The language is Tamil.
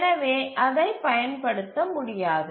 எனவே அதைப் பயன்படுத்த முடியாது